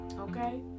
okay